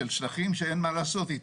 של שטחים שאין מה לעשות איתם.